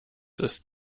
ist